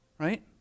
Right